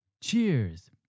Cheers